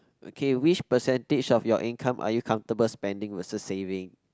okay which percentage of your income are you comfortable spending versus saving